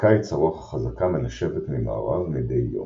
בקיץ הרוח החזקה מנשבת ממערב מדי יום.